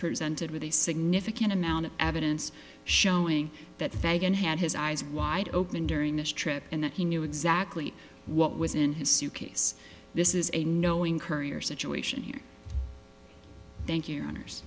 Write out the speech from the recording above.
presented with a significant amount of evidence showing that fagan had his eyes wide open during this trip and that he knew exactly what was in his suitcase this is a knowing courier situation here